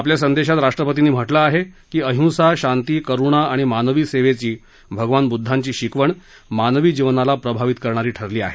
आपल्या संदेशात राष्ट्रपतींनी म्हटलं आहे की अहिंसा शांती करुणा आणि मानवी सेवेची भगवान बुद्धांची शिकवण मानवी जीवनाला प्रभावित करणारी ठरली आहे